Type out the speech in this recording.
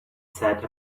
said